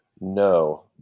No